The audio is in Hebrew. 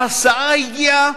ההסעה הגיעה,